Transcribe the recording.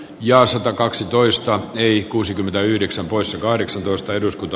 ja satakaksitoista ei kuusikymmentäyhdeksän poissa arvoisa puhemies